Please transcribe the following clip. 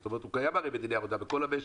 זה קיים הרי בדיני עבודה בכל המשק.